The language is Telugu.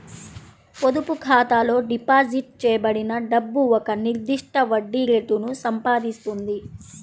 పొదుపు ఖాతాలో డిపాజిట్ చేయబడిన డబ్బు ఒక నిర్దిష్ట వడ్డీ రేటును సంపాదిస్తుంది